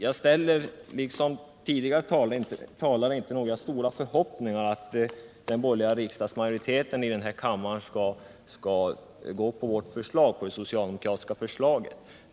Jag hyser liksom tidigare talare inte några stora förhoppningar om att den borgerliga riksdagsmajoriteten i kammaren skall gå på det socialdemokratiska förslaget.